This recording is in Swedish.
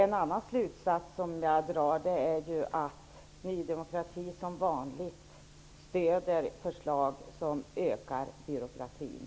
En annan slutsats som jag drar är att Ny demokrati som vanligt stöder förslag som ökar byråkratin.